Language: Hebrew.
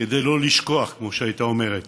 כדי שלא לשכוח, כמו שהייתה אומרת